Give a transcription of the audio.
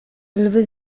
lwy